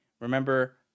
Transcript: remember